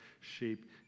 shape